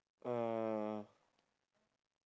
uh